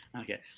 Okay